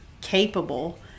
capable